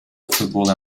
football